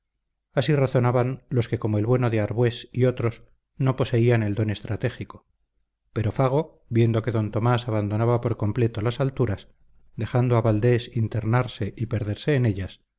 así razonaban los que como el bueno de arbués y otros no poseían el don estratégico pero fago viendo que d tomás abandonaba por completo las alturas dejando a valdés internarse y perderse en ellas